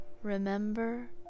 Remember